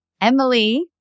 Emily